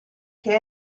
che